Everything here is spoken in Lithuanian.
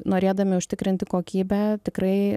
norėdami užtikrinti kokybę tikrai